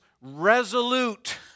resolute